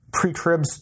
Pre-tribs